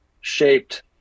shaped